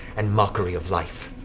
and mockery of life.